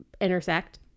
intersect